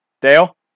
Dale